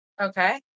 Okay